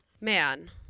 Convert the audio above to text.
Man